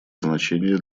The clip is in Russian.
значение